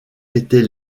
était